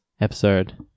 episode